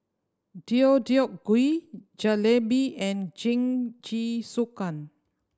Deodeok Gui Jalebi and Jingisukan